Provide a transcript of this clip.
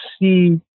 see